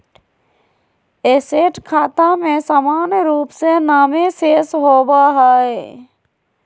asset खाता में सामान्य रूप से नामे शेष होबय हइ